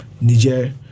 Niger